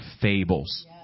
fables